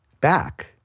back